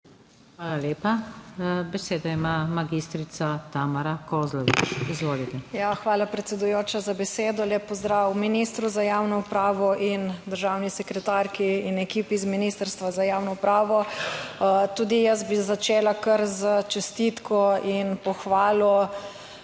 Hvala lepa. Besedo ima magistrica Tamara Kozlovič, izvolite. MAG. TAMARA KOZLOVIČ (PS Svoboda): Ja, hvala predsedujoča za besedo. Lep pozdrav ministru za javno upravo in državni sekretarki in ekipi iz Ministrstva za javno upravo. Tudi jaz bi začela kar s čestitko in pohvalo